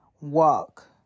walk